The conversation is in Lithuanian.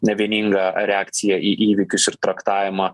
nevieningą reakciją į įvykius ir traktavimą